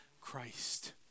Christ